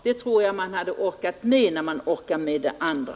Det hade man orkat med när man orkar med det andra.